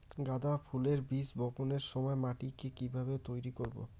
গাদা ফুলের বীজ বপনের সময় মাটিকে কিভাবে তৈরি করব?